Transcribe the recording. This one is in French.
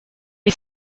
est